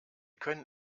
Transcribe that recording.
können